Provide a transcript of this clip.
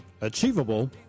achievable